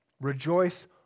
Rejoice